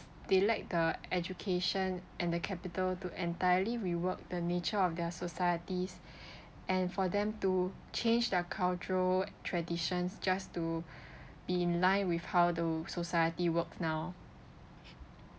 they like the education and the capital to entirely re-work the nature of their societies and for them to change their cultural traditions just to be in line with how the society works now